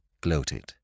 gloated